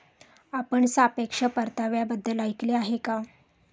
आपण सापेक्ष परताव्याबद्दल ऐकले आहे का?